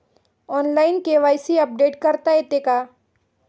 Online KYC update करता येते का?